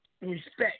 Respect